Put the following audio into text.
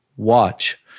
Watch